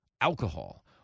Alcohol